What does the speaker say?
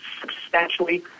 substantially